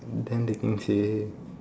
then the king say